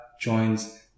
joins